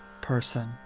person